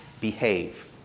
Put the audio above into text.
behave